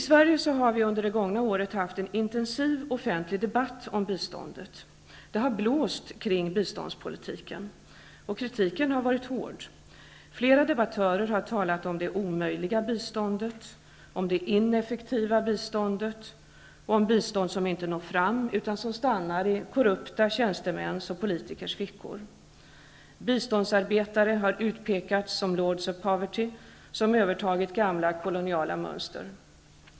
Under det gångna året har vi i Sverige haft en intensiv offentlig debatt om biståndet. Det har blåst kring biståndspolitiken. Kritiken har varit hård. Flera debattörer har talat om de omöjliga biståndet, om det ineffektiva biståndet och om bistånd som inte når fram utan stannar i korrupta tjänstemäns och politikers fickor. Biståndsarbetare har utpekats som Lords of Poverty som övertagit gamla koloniala mönster.